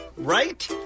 right